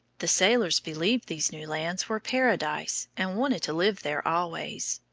the sailors believed these new lands were paradise, and wanted to live there always.